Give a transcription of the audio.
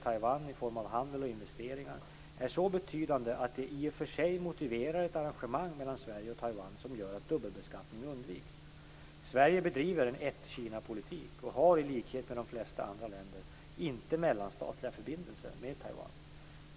Taiwan i form av handel och investeringar är så betydande att det i och för sig motiverar ett arrangemang mellan Sverige och Taiwan som gör att dubbelbeskattning undviks. Sverige bedriver en ett-Kinapolitik och har i likhet med de flesta andra länder inte mellanstatliga förbindelser med Taiwan.